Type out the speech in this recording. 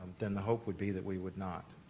then the hope would be that we would not.